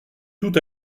tout